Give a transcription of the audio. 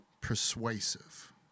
persuasive